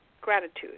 gratitude